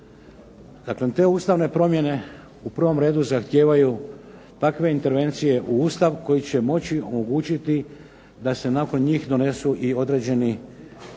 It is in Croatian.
te ustavne promjene u prvom redu zahtijevaju takve intervencije u Ustav koji će moći omogućiti da se nakon njih donesu i određeni 14